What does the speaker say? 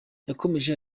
yakomeje